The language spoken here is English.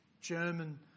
German